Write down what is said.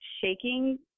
shaking